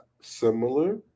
similar